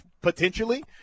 potentially